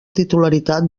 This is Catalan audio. titularitat